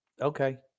Okay